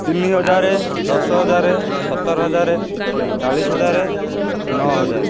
ତିନି ହଜାର ଦଶ ହଜାର ସତର ହଜାର ଚାଳିଶ ହଜାର ନଅ ହଜାର